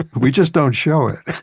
ah we just don't show it.